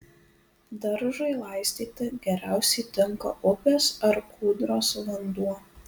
daržui laistyti geriausiai tinka upės ar kūdros vanduo